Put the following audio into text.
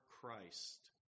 Christ